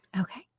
Okay